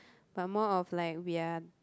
but more of like we're